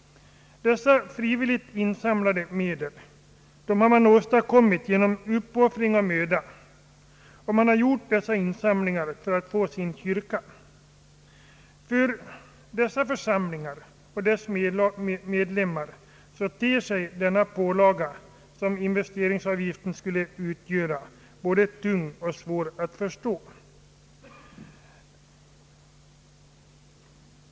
Dessa frivilligt insamlade medel har åstadkommits genom uppoffringar och möda, och församlingsmedlemmarna har gjort dessa insamlingar för att få sin kyrka. För dessa församlingar och deras medlemmar ter sig den pålaga som inve steringsavgiften skulle utgöra både tung och svår att förstå.